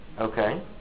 Okay